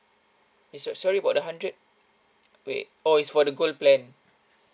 eh so~ sorry about the hundred wait oh is for the gold plan